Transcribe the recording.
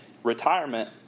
retirement